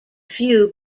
few